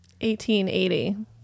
1880